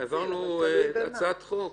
העברנו הצעת חוק